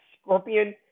Scorpion